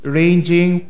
ranging